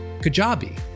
Kajabi